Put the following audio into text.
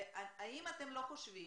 האם אתם לא חושבים